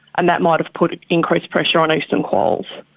and that might have put increased pressure on eastern quolls.